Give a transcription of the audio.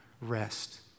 rest